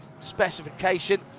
specification